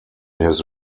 his